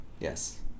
Yes